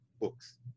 books